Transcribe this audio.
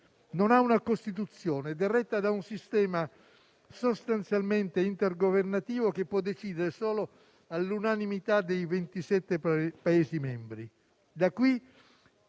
Non ha una Costituzione ed è retta da un sistema sostanzialmente intergovernativo, che può decidere solo all'unanimità dei 27 Paesi membri.